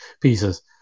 pieces